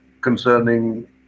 concerning